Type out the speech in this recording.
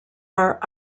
are